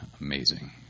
amazing